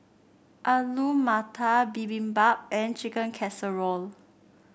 Alu Matar Bibimbap and Chicken Casserole